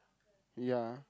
ya